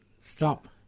stop